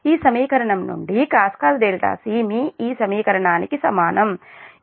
ఈ సమీకరణం నుండి cos c మీ ఈ సమీకరణానికి సమానం